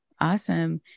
awesome